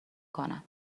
کنن